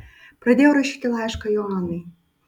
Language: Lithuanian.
pradėjau rašyti laišką joanai